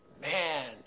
man